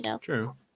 True